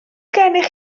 gennych